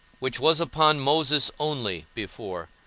which was upon moses only before,